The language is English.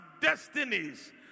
destinies